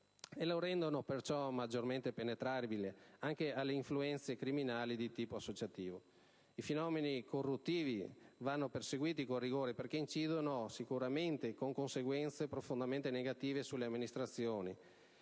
e lo rendono perciò maggiormente penetrabile anche alle influenze criminali di tipo associativo. I fenomeni corruttivi vanno perseguiti con rigore, perché incidono sicuramente con conseguenze profondamente negative sulle amministrazioni,